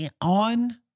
on